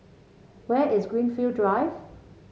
where is Greenfield Drive